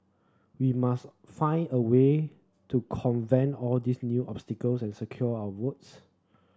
we must find a way to convent all these new obstacles and secure our votes